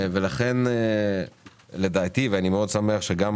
לכן לדעתי ואני שמח מאוד שגם